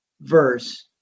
verse